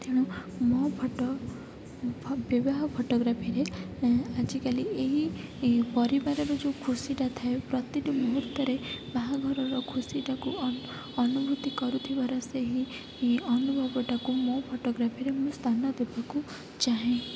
ତେଣୁ ମୋ ଫଟୋ ବିବାହ ଫଟୋଗ୍ରାଫିରେ ଆଜିକାଲି ଏହି ପରିବାରର ଯେଉଁ ଖୁସିଟା ଥାଏ ପ୍ରତିଟି ମୁହୂର୍ତ୍ତରେ ବାହାଘରର ଖୁସିଟାକୁ ଅନୁଭୂତି କରୁଥିବାର ସେହି ଅନୁଭବଟାକୁ ମୁଁ ଫଟୋଗ୍ରାଫିରେ ମୁଁ ସ୍ଥାନ ଦେବାକୁ ଚାହେଁ